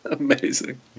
Amazing